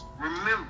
remember